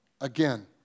Again